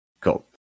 Cool